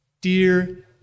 Dear